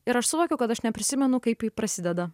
ir aš suvokiau kad aš neprisimenu kaip prasideda